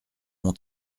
mon